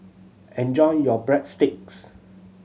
enjoy your Breadsticks